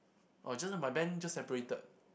or just my band just separated